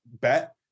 bet